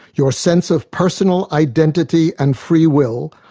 your sense of personal identity and free will,